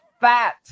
fat